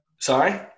Sorry